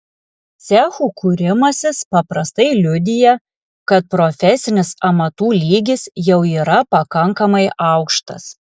cechų kūrimasis paprastai liudija kad profesinis amatų lygis jau yra pakankamai aukštas